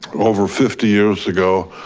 over fifty years ago,